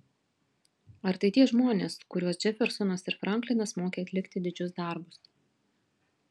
ar tai tie žmonės kuriuos džefersonas ir franklinas mokė atlikti didžius darbus